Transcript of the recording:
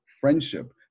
friendship